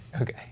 Okay